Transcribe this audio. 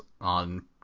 on